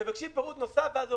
אתם מבקשים פירוט נוסף ואחר כך אתם